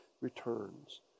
returns